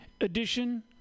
edition